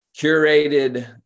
curated